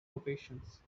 ovations